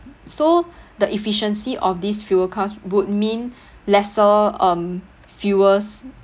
so the efficiency of these fuel cars would mean lesser um fuels